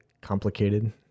complicated